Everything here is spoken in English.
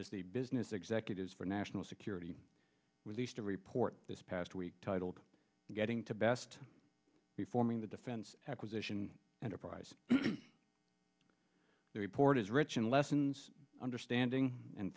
as the business executives for national security with these to report this past week titled getting to best be forming the defense acquisition and apprise the report is rich in lessons understanding and